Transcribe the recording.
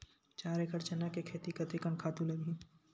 चार एकड़ चना के खेती कतेकन खातु लगही?